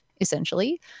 essentially